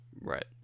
Right